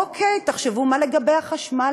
אוקיי, תחשבו מה לגבי החשמל.